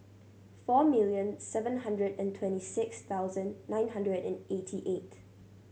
four million seven hundred and twenty six thousand nine hundred and eighty eight